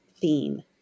theme